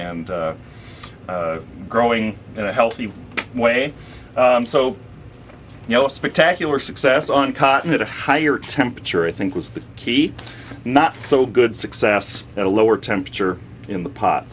and growing in a healthy way so you know spectacular success on cotton at a higher temperature i think was the key not so good success at a lower temperature in the pot